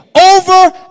over